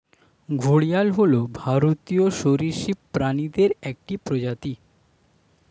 ঘড়িয়াল হল ভারতীয় সরীসৃপ প্রাণীদের একটি প্রজাতি